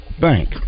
Bank